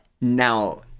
Now